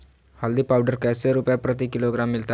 हल्दी पाउडर कैसे रुपए प्रति किलोग्राम मिलता रहा है?